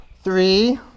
Three